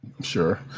Sure